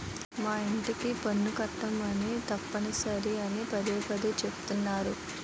మా యింటికి పన్ను కట్టమని తప్పనిసరి అని పదే పదే చెబుతున్నారు